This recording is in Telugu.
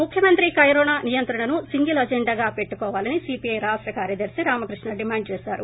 ముఖ్యమంత్రి కరోనా నియంత్రణను సింగిల్ అజెండాగా పెట్టుకోవాలని సీపీఐ రాష్ట కార్యదర్తి రామకృష్ణ డిమాండ్ చేశారు